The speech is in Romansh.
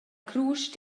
crusch